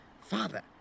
Father